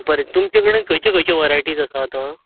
बरें तुमचे कडेन खंयचे खंयचे वरायटीज आसात आतां